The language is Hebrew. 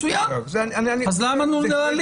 מצוין, אז מה לנו להלין?